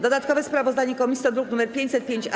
Dodatkowe sprawozdanie komisji to druk nr 505-A.